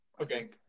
Okay